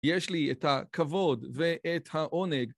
יש לי את הכבוד ואת העונג